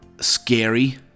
scary